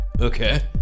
Okay